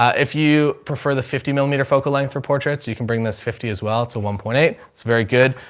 if you prefer the fifty millimeter focal length for portraits, you can bring this fifty as well. it's a one point eight. it's very good.